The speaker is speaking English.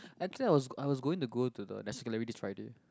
I think I was I was going to go to the National Gallery this Friday